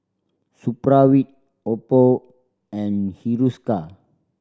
Supravit Oppo and Hiruscar